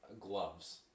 gloves